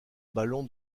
ballon